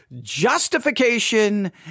justification